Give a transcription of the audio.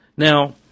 Now